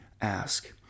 ask